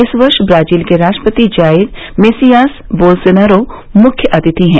इस वर्ष ब्राजील के राष्ट्रपति जाइर मेसियास बोलसोनारो मुख्य अतिथि हैं